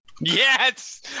Yes